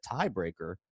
tiebreaker